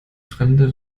fremde